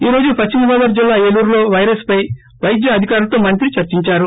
ఈ రోజు పశ్చిమ గోదావరి జిల్లా ఏలూరులో వైరస్పై వైద్య అధికారులతో మంత్రి చర్చించారు